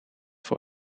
voor